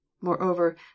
moreover